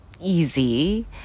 easy